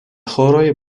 horoj